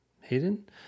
Hayden